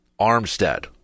Armstead